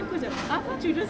how come